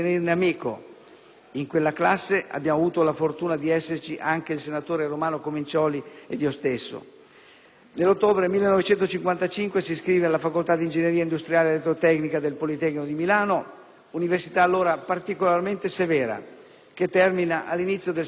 In quella classe abbiamo avuto la fortuna di esserci anche il senatore Romano Comincioli ed io. Nell'ottobre 1955 si iscrive alla facoltà di ingegneria industriale (elettrotecnica) del Politecnico dì Milano, università allora particolarmente severa, che termina all'inizio del 1963.